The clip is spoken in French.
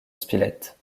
spilett